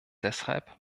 deshalb